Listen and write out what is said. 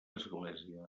església